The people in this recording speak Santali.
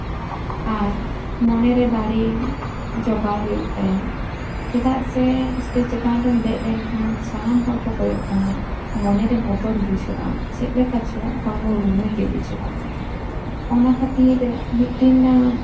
ᱟᱨ ᱢᱚᱱᱮ ᱨᱮ ᱫᱟᱲᱮ ᱡᱚᱜᱟᱣ ᱦᱩᱭᱩᱜ ᱛᱟᱭᱟ ᱪᱮᱫᱟᱜ ᱥᱮ ᱥᱴᱮᱡ ᱪᱮᱛᱟᱱ ᱨᱮᱢ ᱫᱮᱡ ᱞᱮᱱᱠᱷᱟᱱ ᱥᱟᱱᱟᱢ ᱦᱚᱲ ᱠᱚ ᱠᱚᱭᱚᱜ ᱠᱟᱢᱟ ᱢᱚᱱᱮ ᱨᱮ ᱵᱚᱛᱚᱨ ᱵᱩᱡᱷᱟᱹᱜᱼᱟ ᱪᱮᱫᱞᱮᱠᱟ ᱪᱚ ᱦᱚᱲᱢᱚ ᱨᱩᱢᱩᱭ ᱜᱮ ᱵᱩᱡᱷᱟᱹᱜᱼᱟ ᱚᱱᱟ ᱠᱷᱟᱹᱛᱤᱨ ᱢᱤᱫᱴᱤᱱ